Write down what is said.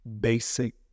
basic